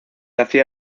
hacía